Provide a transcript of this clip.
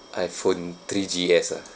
I_phone three G S ah